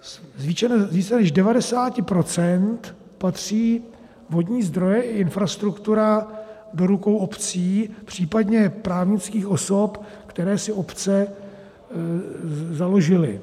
Z více než 90 % patří vodní zdroje i infrastruktura do rukou obcí, případně právnických osob, které si obce založily.